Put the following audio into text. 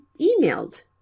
emailed